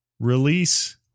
release